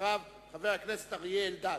אחריו, חבר הכנסת אריה אלדד.